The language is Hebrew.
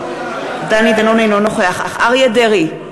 אינו נוכח אריה דרעי,